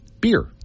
beer